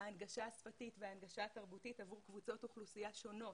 ההנגשה השפתית וההנגשה התרבותית עבור קבוצות אוכלוסייה שונות,